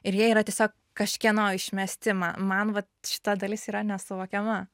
ir jie yra tiesiog kažkieno išmesti ma man va šita dalis yra nesuvokiama